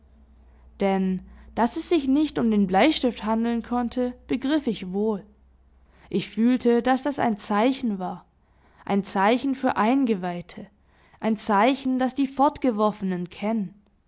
denn daß es sich nicht um den bleistift handeln konnte begriff ich wohl ich fühlte daß das ein zeichen war ein zeichen für eingeweihte ein zeichen das die fortgeworfenen kennen